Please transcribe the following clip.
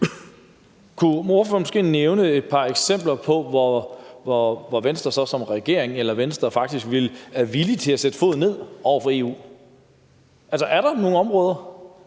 Kunne ordføreren måske nævne et par eksempler på, hvor Venstre, også som regering, så faktisk har været villig til at sætte foden ned over for EU? Er der nogle områder,